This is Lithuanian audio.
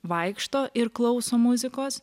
vaikšto ir klauso muzikos